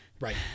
Right